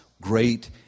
great